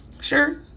Sure